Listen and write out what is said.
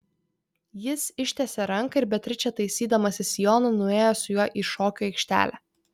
jis ištiesė ranką ir beatričė taisydamasi sijoną nuėjo su juo į šokių aikštelę